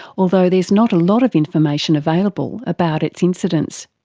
although there's not a lot of information available about its incidence.